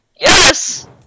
Yes